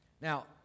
Now